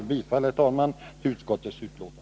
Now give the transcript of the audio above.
Jag yrkar alltså bifall till utskottets hemställan.